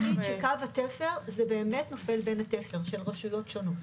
אני רק אגיד שקו התפר באמת נופל בין התפר של רשויות שונות,